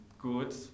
good